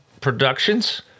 productions